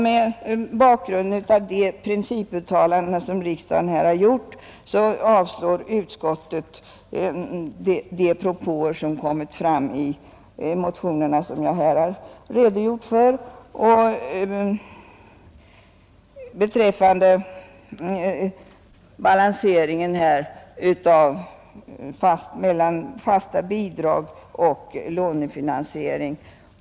Mot bakgrund av de principuttalanden som riksdagen har gjort avstyrker utskottet de propåer som framförts i motionerna och som jag här redogjort för beträffande balanseringen mellan fasta bidrag och lånefinansiering.